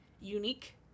unique